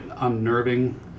unnerving